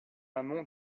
amont